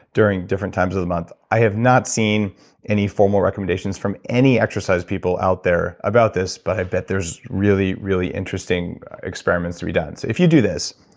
during different times of the month i have not seen any formal recommendations from any exercise people out there about this, but i bet there's really, really interesting experiments to be done. if you do this,